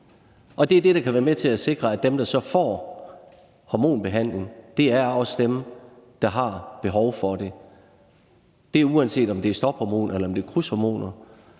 der kan være med til at sikre, at dem, der så får hormonbehandling, også er dem, der har behov for det. Og det er, uanset om det er et stophormoner eller krydshormoner.